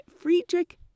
Friedrich